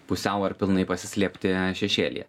pusiau ar pilnai pasislėpti šešėlyje